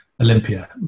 Olympia